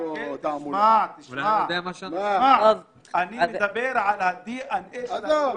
תשמע, אני מדבר על הדנ"א של --- עזוב.